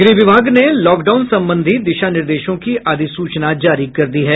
गृह विभाग ने लॉकडाउन संबंधी दिशा निर्देशों की अधिसूचना जारी कर दी है